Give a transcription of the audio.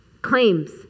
claims